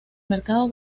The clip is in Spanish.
mercado